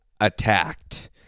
attacked